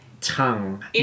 tongue